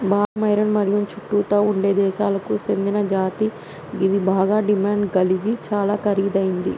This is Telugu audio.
బాదం ఇరాన్ మరియు చుట్టుతా ఉండే దేశాలకు సేందిన జాతి గిది బాగ డిమాండ్ గలిగి చాలా ఖరీదైనది